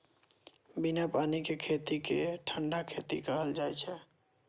बिना पानि के खेती कें ठंढा खेती कहल जाइ छै